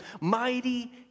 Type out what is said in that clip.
mighty